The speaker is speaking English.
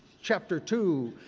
chapter two,